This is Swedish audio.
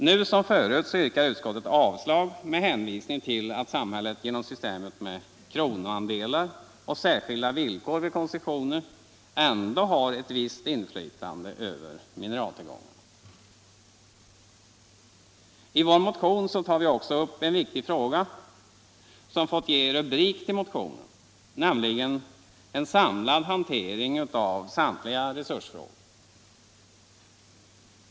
Nu som förut avstyrker utskottet med hänvisning till att samhället genom systemet med kronoandelar och särskilda villkor vid koncessioner ändå har ett visst inflytande över mineraltillgångarna. I vår motion tar vi också upp en viktig fråga, som fått ge rubrik till motionen, nämligen en samlad hantering av samtliga resursfrågor.